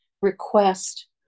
request